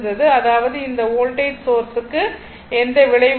அதாவது இந்த voltage source க்கு எந்த விளைவும் இல்லை